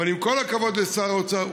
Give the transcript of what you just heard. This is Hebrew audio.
אבל עם כל הכבוד לשר האוצר,